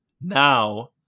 Now